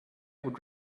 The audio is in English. would